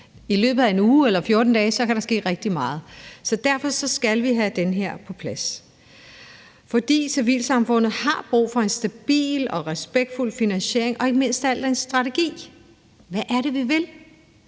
I løbet af en uge eller 14 dage kan der ske rigtig meget. Derfor skal vi have det her på plads. Civilsamfundet har brug for en stabil og respektfuld finansiering og ikke mindst en strategi: Hvad er det, vi vil?